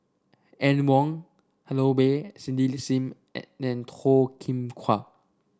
Anne Wong Holloway Cindy Sim and Toh Kim Hwa